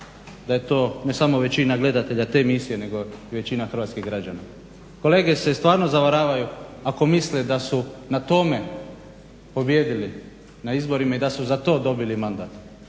uvjeren ne samo većina gledatelja te emisije nego većina hrvatskih građana. Kolege se stvarno zavaravaju ako misle da su na tome pobijedili na izborima i da su za to dobili mandat.